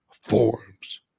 forms